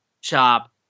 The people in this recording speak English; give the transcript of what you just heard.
chop